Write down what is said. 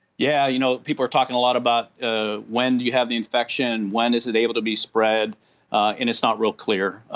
yeah, you know people are talking a lot about ah when you have the infection, when is it able to be spread and it's not real clear.